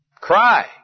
cry